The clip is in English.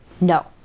No